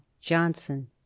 Johnson